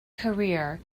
career